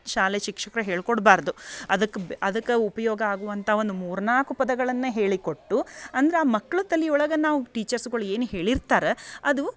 ಶಾಲೆ ಶಿಕ್ಷಕರು ಹೇಳ್ಕೊಡ್ಬಾರದು ಅದಕ್ಕೆ ಬ್ ಅದಕ್ಕೆ ಉಪಯೋಗ ಆಗುವಂಥ ಒಂದು ಮೂರು ನಾಲ್ಕು ಪದಗಳನ್ನು ಹೇಳಿಕೊಟ್ಟು ಅಂದ್ರೆ ಆ ಮಕ್ಳ ತಲೆ ಒಳಗೆ ನಾವು ಟೀಚರ್ಸ್ಗಳು ಏನು ಹೇಳಿರ್ತಾರೆ ಅದು